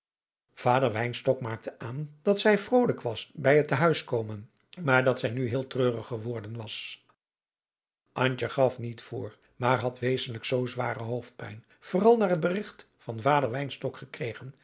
wynstok merkte aan dat zij vrolijk was bij het t huiskomen maar dat zij nu heel treurig geworden was antje gaf niet voor maar had wezenlijk zoo zware hoofdpijn vooral na het berigt van vader wynstok gekregen